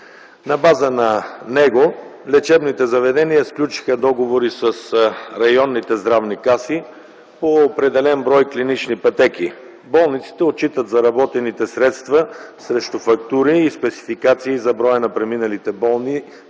На база на него лечебните заведения сключиха договори с районните здравни каси по определен брой клинични пътеки. Болниците отчитат заработените средства срещу фактури и спесификации за броя на преминалите болни